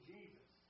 Jesus